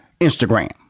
Instagram